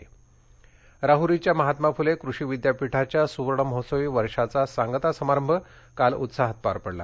अहमदनगर राहुरीच्या महात्मा फुले कृषि विद्यापीठाच्या सुवर्ण महोत्सवी वर्षाचा सांगता समारंभ काल उत्साहात पार पडला